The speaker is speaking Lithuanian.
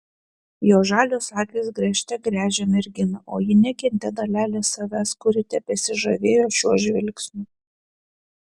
jo žalios akys gręžte gręžė merginą o ji nekentė dalelės savęs kuri tebesižavėjo šiuo žvilgsniu